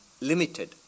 limited